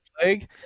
plague